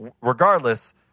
regardless